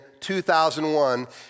2001